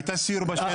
היה סיור בשטח.